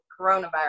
coronavirus